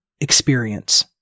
experience